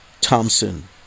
Thompson